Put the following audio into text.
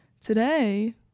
today